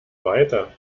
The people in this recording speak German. weiter